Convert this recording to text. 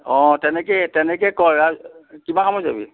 অঁ তেনেকে তেনেকে কয় আৰু কিমান সময়ত যাবি